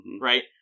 right